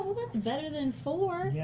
that's better than four. yeah